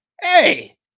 Hey